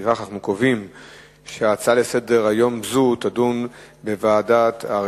לפיכך אנחנו קובעים שההצעות לסדר-היום תידונה בוועדת העבודה,